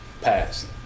passed